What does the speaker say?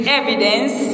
evidence